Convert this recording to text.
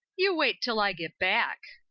you wait till i get back.